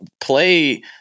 play